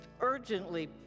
urgently